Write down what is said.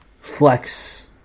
Flex